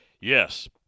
Yes